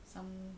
some